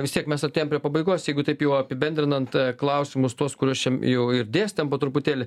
vis tiek mes artėjam prie pabaigos jeigu taip jau apibendrinant klausimus tuos kuriuos čia jau ir dėstėm po truputėlį